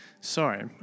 Sorry